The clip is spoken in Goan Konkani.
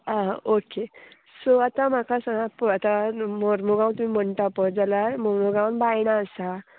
आं ओके सो आतां म्हाका सांगात पळय आतां मोर्मुगांव तुमी म्हणटा पळय जाल्यार मोर्मुगांवान बायणा आसा